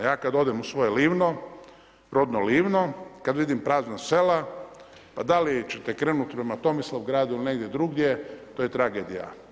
Ja kad odem u svoje Livno, rodno Livno, kad vidim prazna sela, pa da li ćete krenuti prema Tomislavgrad ili negdje drugdje, to je tragedija.